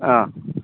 अ